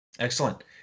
Excellent